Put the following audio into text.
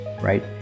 right